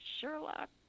Sherlock